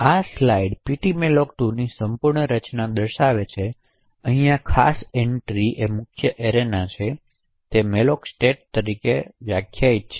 આ વિશેષ slide ptmalloc સંપૂર્ણ રચના દર્શાવે છે કે અહીંની આ ખાસ એન્ટ્રી મુખ્ય એરેના છે તેથી તે malloc state તરીકે વ્યાખ્યાયિત થયેલ છે